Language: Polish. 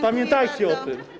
Pamiętajcie o tym.